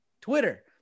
Twitter